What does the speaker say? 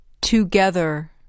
Together